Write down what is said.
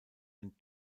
den